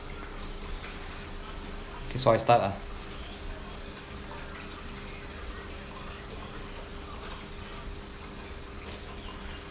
okay so I start ah